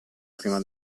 prima